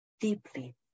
deeply